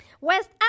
West